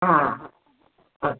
ಹಾಂ ಹಾಂ